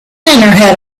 had